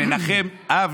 מנחם אב,